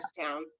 Town